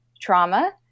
trauma